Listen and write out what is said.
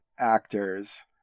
actors